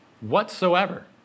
whatsoever